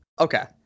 okay